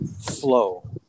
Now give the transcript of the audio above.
flow